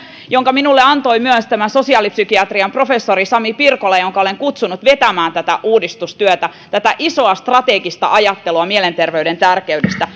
jonka minulle antoi myös sosiaalipsykiatrian professori sami pirkola jonka olen kutsunut vetämään tätä uudistustyötä tätä isoa strategista ajattelua mielenterveyden tär keydestä